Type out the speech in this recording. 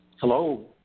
Hello